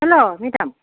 hello madam